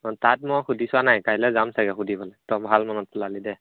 অ তাত মই সুধি চোৱা নাই কাইলৈ যাম চাগৈ সুধিবলৈ তই ভাল মনত পেলালি দে